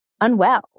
unwell